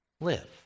live